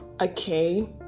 okay